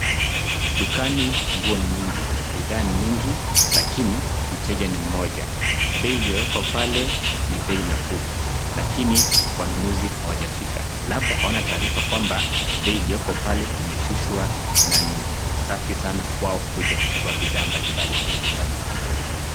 Dukani nguo ni nyingi. Bidhaa ni nyingi lakini mteja ni mmoja. Bei iliyowekwa pale ni bei nafuu lakini wanunuzi hawajafika labda hawana taarifa kwamba bei iliyooko pale imeshushwa na ni safi sana kwao kuja kuchukua bidhaa mbalimbali kwenye duka hili.